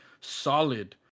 solid